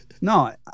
No